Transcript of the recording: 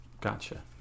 Gotcha